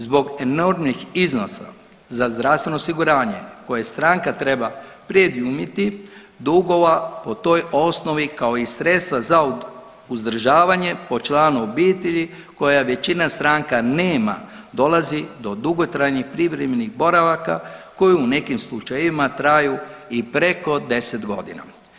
Zbog enormnih iznosa za zdravstveno osiguranje koje stranka treba prediumiti dugova po toj osnovi kao i sredstva za uzdržavanje po članu obitelji koja većina stranka nema dolazi do dugotrajnih privremenih boravaka koji u nekim slučajevima traju i preko 10 godina.